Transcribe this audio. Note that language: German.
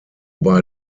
bei